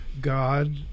God